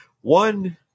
One